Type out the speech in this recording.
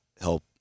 help